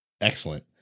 Excellent